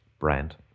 brand